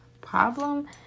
problem